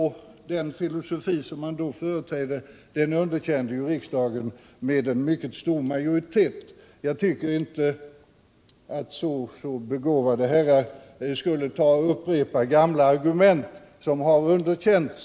Nr 55 Den filosofi som de företrädde underkände ju riksdagen då med mycket stor majoritet. Jag tycker inte att så begåvade herrar borde upprepa gamla argument som har underkänts!